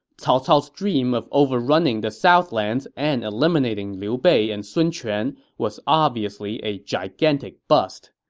cao cao's dream of overrunning the southlands and eliminating liu bei and sun quan was obviously a gigantic bust.